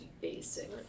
basic